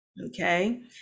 okay